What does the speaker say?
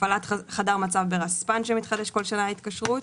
הפעלת חדר מצב ברספ"ן שמתחדשת כל שנה ההתקשרות,